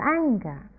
anger